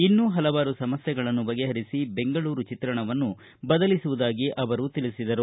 ಇನ್ನೂ ಹಲವಾರು ಸಮಸ್ಥೆಗಳನ್ನು ಬಗೆಹರಿಸಿ ಬೆಂಗಳೂರು ಚಿತ್ರಣವನ್ನು ಬದಲಿಸುವುದಾಗಿ ಅವರು ತಿಳಿಸಿದರು